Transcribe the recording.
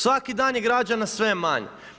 Svaki dan je građana sve manje.